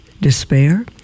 despair